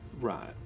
Right